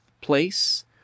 place